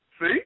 See